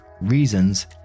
reasons